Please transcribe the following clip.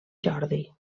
jordi